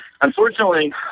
unfortunately